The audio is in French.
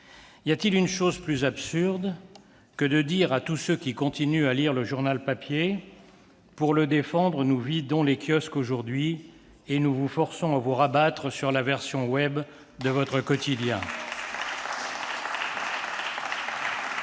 Peut-on dire chose plus absurde, à tous ceux qui continuent à lire le journal papier, que :« Pour le défendre, nous vidons les kiosques aujourd'hui et vous forçons à vous rabattre sur la version web de votre quotidien »